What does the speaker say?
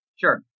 Sure